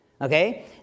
Okay